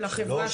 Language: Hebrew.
של החברה שלו?